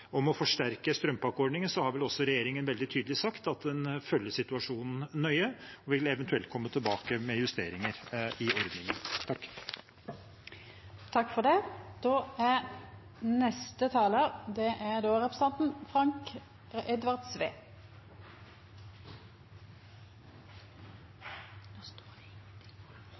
om å forsterke strømpakkeordningen, har vel også regjeringen veldig tydelig sagt at den følger situasjonen nøye og eventuelt vil komme tilbake med justeringer. Enkelte gonger kan det vere fornuftig at alle nivåa i det